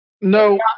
No